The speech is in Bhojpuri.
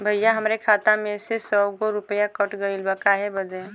भईया हमरे खाता मे से सौ गो रूपया कट गइल बा काहे बदे?